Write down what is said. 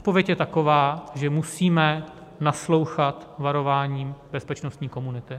Odpověď je taková, že musíme naslouchat varování bezpečnostní komunity.